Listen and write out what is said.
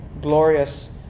glorious